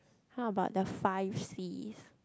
how about the five Cs